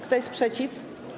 Kto jest przeciw?